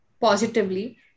positively